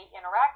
interact